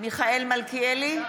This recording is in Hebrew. מיכאל מלכיאלי,